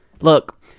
Look